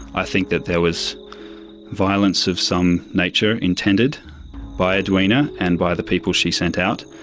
i think that there was violence of some nature intended by edwina and by the people she sent out,